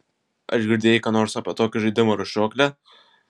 ar girdėjai ką nors apie tokį žaidimą rūšiuoklė